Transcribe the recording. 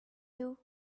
you